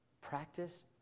practice